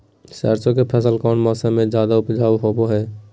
सरसों के फसल कौन मौसम में ज्यादा उपजाऊ होबो हय?